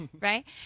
right